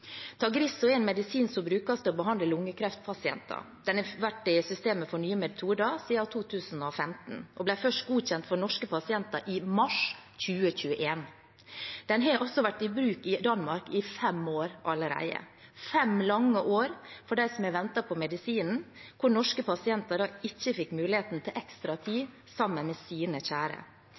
en medisin som brukes til å behandle lungekreftpasienter. Den har vært i systemet for nye metoder siden 2015 og ble først godkjent for norske pasienter i mars 2021. Den har vært i bruk i Danmark i fem år allerede – fem lange år for dem som har ventet på medisinen, for norske pasienter som ikke fikk muligheten til ekstra tid sammen med sine kjære.